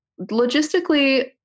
logistically